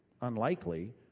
unlikely